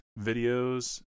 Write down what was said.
videos